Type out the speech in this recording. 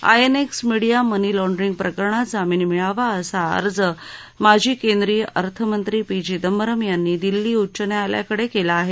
INX media money laundering प्रकरणात जामीन मिळावा असा अर्ज माजी केंद्रीय अर्थमंत्री पी चिदंबरम यांनी दिल्ली उच्च न्यायालयाकडं केला आहे